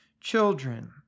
children